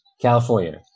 California